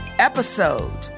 episode